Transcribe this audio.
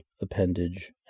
appendage